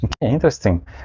Interesting